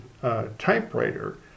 typewriter